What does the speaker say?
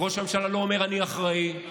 וראש הממשלה לא אומר: אני אחראי,